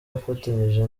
yifatanyije